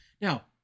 Now